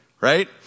right